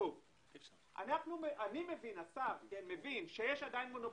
נניח שכל נושא הדיור לא היה יושב באוצר,